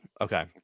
Okay